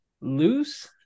loose